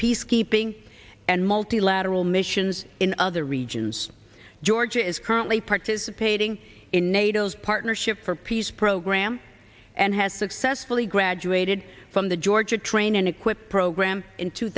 peacekeeping and multilateral missions in other regions georgia is currently participating nato's partnership for peace program and has successfully graduated from the georgia train and equip program in two